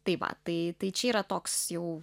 tai va tai tai čia yra toks jau